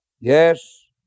Yes